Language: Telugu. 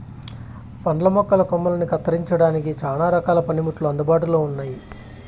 పండ్ల మొక్కల కొమ్మలని కత్తిరించడానికి చానా రకాల పనిముట్లు అందుబాటులో ఉన్నయి